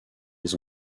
les